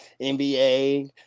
NBA